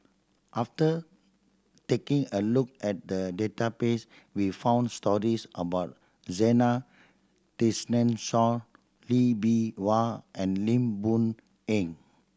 after taking a look at the database we found stories about Zena Tessensohn Lee Bee Wah and Lim Boon Heng